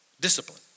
discipline